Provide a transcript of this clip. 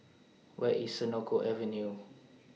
Where IS Senoko Avenue